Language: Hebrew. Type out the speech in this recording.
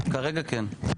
כרגע כן.